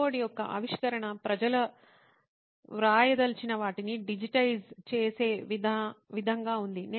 keyboard యొక్క ఆవిష్కరణ ప్రజలు వ్రాయ దలిచిన వాటిని డిజిటైజ్ చేసే విధంగా ఉంది